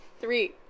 Three